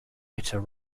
bitter